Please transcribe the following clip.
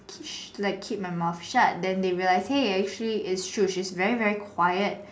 like keep my mouth shut then they realise hey it's true she's very very quiet